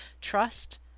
trust